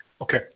Okay